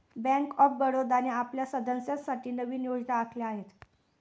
bank of बडोदाने आपल्या सदस्यांसाठी नवीन योजना आखल्या आहेत